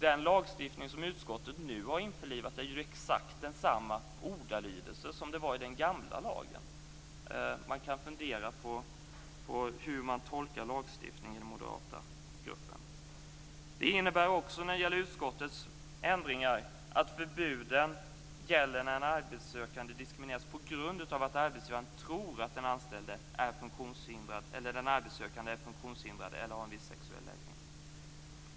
Den lagstiftning som utskottet nu har införlivat har ju exakt samma ordalydelse som den gamla lagen. Man kan fundera på hur den moderata gruppen tolkar lagstiftningen. Utskottets ändringar innebär också att förbuden gäller när en arbetssökande diskrimineras på grund av att arbetsgivaren tror att den arbetssökande är funktionshindrad eller har en viss sexuell läggning.